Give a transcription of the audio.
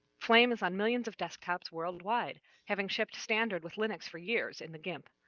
flame is on millions of desktops world-wide, having shipped standard with linux for years in the gimp.